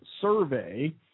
Survey